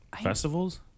Festivals